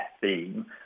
theme